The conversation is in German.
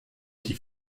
die